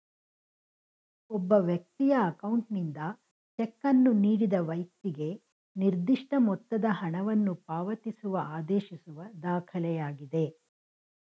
ಒಬ್ಬ ವ್ಯಕ್ತಿಯ ಅಕೌಂಟ್ನಿಂದ ಚೆಕ್ ಅನ್ನು ನೀಡಿದ ವೈಕ್ತಿಗೆ ನಿರ್ದಿಷ್ಟ ಮೊತ್ತದ ಹಣವನ್ನು ಪಾವತಿಸುವ ಆದೇಶಿಸುವ ದಾಖಲೆಯಾಗಿದೆ